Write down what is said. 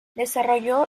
desarrolló